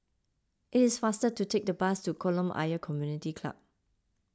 it is faster to take the bus to Kolam Ayer Community Club